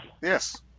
Yes